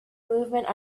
movement